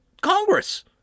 Congress